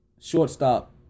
Shortstop